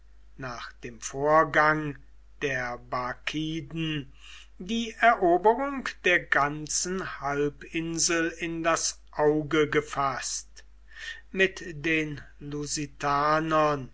nach dem vorgang der barkiden die eroberung der ganzen halbinsel in das auge gefaßt mit den